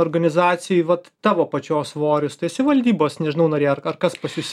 organizacijoj vat tavo pačios svoris tu esi valdybos nežinau norėjai ar ar kas pas jus